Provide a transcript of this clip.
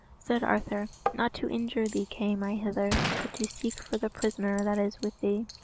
said arthur, not to injure thee came i hither, but to seek for the prisoner that is with thee.